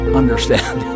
understand